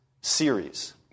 series